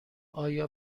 آیا